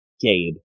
Gabe